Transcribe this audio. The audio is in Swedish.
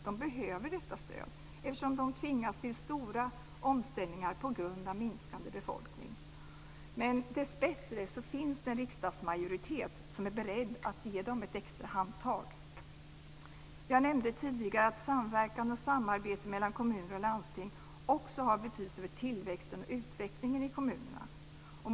De behöver detta stöd, eftersom de tvingas till stora omställningar på grund av minskande befolkning. Och dessbättre finns det en riksdagsmajoritet som är beredd att ge dem ett extra handtag. Jag nämnde tidigare att samverkan och samarbete mellan kommuner och landsting också har betydelse för tillväxten och utvecklingen i kommunerna.